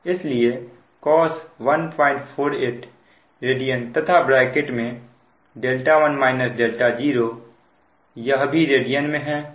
इसलिए यह cos 148 तथा ब्रैकेट में 1 0 यह भी रेडियन में है